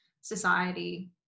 society